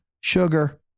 Sugar